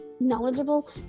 knowledgeable